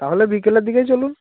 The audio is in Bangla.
তাহলে বিকেলের দিকেই চলুন